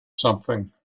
something